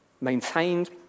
maintained